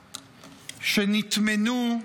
שנטמנו,